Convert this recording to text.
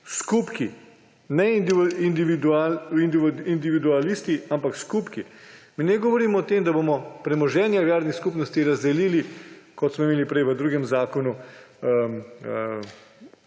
skupki, ne individualisti, ampak skupki. Mi ne govorimo o tem, da bomo premoženje agrarnih skupnosti razdelili, kot smo imeli prej v drugem zakonu,